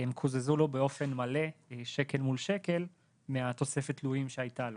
הן קוזזו לו באופן מלא שקל מול שקל מהתוספת תלויים שהייתה לו,